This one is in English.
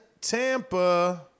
Tampa